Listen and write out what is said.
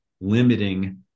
limiting